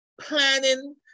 planning